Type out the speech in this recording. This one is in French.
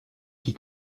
qui